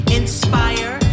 inspire